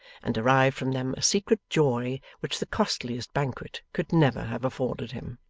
and derived from them a secret joy which the costliest banquet could never have afforded him.